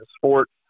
sports